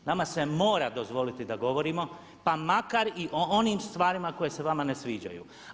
Nama se mora dozvoliti da govorimo pa makar i o onim stvarima koje se vama ne sviđaju.